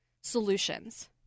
solutions